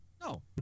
no